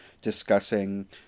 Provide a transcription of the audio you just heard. discussing